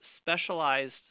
specialized